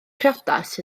priodas